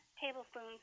tablespoons